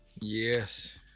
Yes